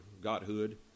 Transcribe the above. Godhood